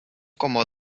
como